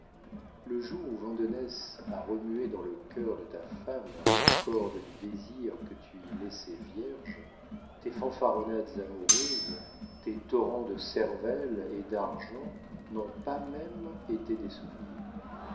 le jour où vandenesse a remué dans le cœur de ta femme la corde du désir que tu y laissais vierge tes fanfaronnades amoureuses tes torrents de cervelle et d'argent n'ont pas même été des souvenirs